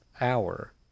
hour